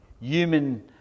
human